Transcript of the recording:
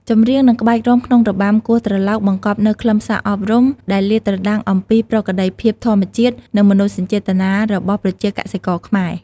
ចម្រៀង និងក្បាច់រាំក្នុងរបាំគោះត្រឡោកបង្កប់នូវខ្លឹមសារអប់រំ ដែលលាតត្រដាងអំពីជីវិត ប្រក្រតីភាពធម្មជាតិ និងមនោសញ្ចេតនារបស់ប្រជាកសិករខ្មែរ។